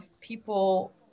people